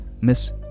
Miss